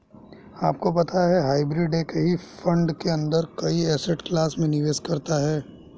आपको पता है हाइब्रिड एक ही फंड के अंदर कई एसेट क्लास में निवेश करता है?